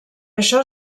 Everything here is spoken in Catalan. això